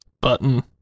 Button